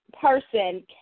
person